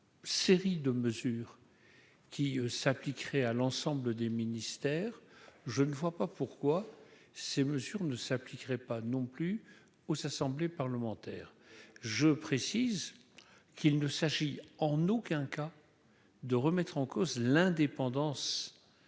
Série de mesures qui s'appliquerait à l'ensemble des ministères, je ne vois pas pourquoi ces mesures ne s'appliquerait pas non plus aux assemblées parlementaires, je précise qu'il ne s'agit en aucun cas de remettre en cause l'indépendance